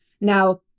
Now